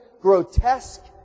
grotesque